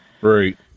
right